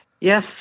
Yes